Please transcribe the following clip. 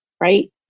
Right